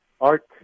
art